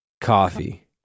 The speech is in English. coffee